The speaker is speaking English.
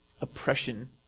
Oppression